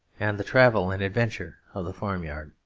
and the travel and adventure of the farmyard.